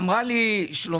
אמרה לי שלומית